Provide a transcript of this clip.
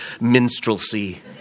minstrelsy